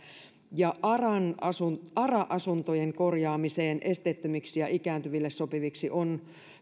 ara asuntojen ara asuntojen korjaamiseen esteettömiksi ja ikääntyville sopiviksi on